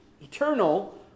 Eternal